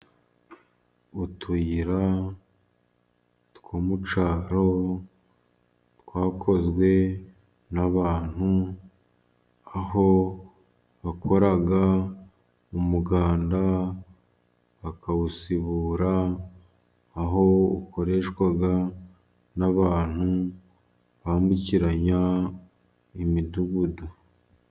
Utuyira two mu cyaro, twakozwe n'abantu, aho bakora mu muganda bakawusibura, aho ukoreshwa n'abantu bambukiranya imidugudu.